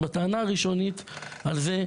בטענה הראשונית על זה,